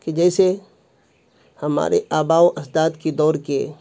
کہ جیسے ہمارے آبا و اجداد کے دور کے